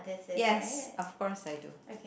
yes of course I do